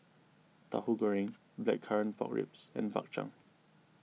Tauhu Goreng Blackcurrant Pork Ribs and Bak Chang